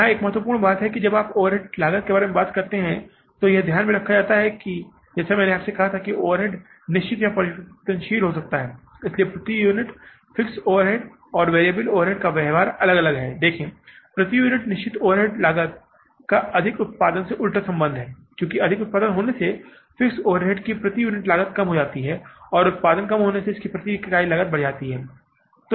यहां एक महत्वपूर्ण बात यह है कि जब आप ओवरहेड लागत के बारे में बात करते हैं तो यह ध्यान में रखा जाता है कि मैंने आपसे कहा था कि ओवरहेड्स निश्चित या परिवर्तनशील हो सकता है इसलिए प्रति यूनिट फिक्स्ड ओवरहेड और वैरिएबल ओवरहेड्स का व्यवहार अलग अलग है देखें प्रति यूनिट निश्चित ओवरहेड लागत का अधिक उत्पादन से उल्टा सम्बन्ध हैक्योंकि अधिक उत्पादन होने से फिक्स्ड ओवरहेड की प्रति यूनिट लागत कम और उत्पादन कम होने से प्रति इकाई लागत बढ़ जाती है